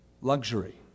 luxury